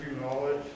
knowledge